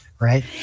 right